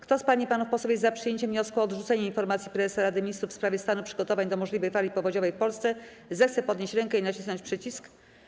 Kto z pań i panów posłów jest za przyjęciem wniosku o odrzucenie informacji Prezesa Rady Ministrów w sprawie stanu przygotowań do możliwej fali powodziowej w Polsce, zechce podnieść rękę i nacisnąć przycisk.